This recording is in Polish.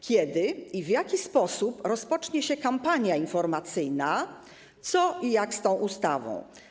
Kiedy i w jaki sposób rozpocznie się kampania informacyjna, co i jak z tą ustawą.